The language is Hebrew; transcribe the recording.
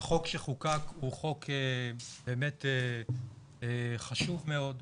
החוק שחוקק הוא חוק חשוב מאוד,